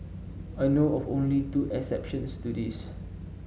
I know of only two exceptions to this